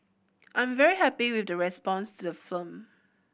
I'm very happy with the response to the firm